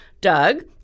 Doug